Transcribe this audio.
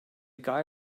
guy